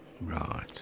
Right